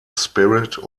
spirit